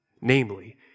Namely